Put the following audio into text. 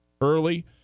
early